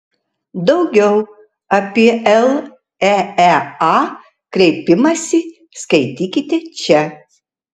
daugiau apie leea kreipimąsi skaitykite čia